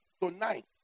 Tonight